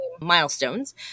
milestones